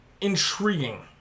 Intriguing